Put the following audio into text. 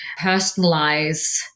personalize